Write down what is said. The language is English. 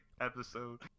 episode